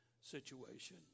situation